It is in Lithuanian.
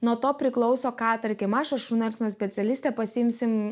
nuo to priklauso kad tarkim aš ar šunų specialistė pasiimsim